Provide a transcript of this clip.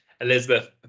Elizabeth